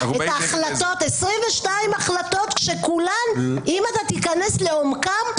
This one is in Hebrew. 22 החלטות שאם תיכנס לעומקן,